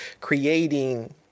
creating